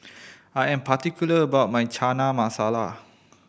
I am particular about my Chana Masala